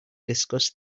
discuss